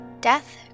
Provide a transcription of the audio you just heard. death